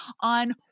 on